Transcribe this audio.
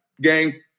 gang